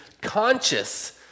conscious